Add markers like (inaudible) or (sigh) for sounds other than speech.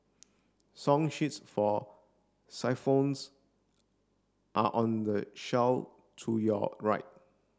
song sheets for (unintelligible) are on the shelf to your right